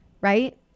Right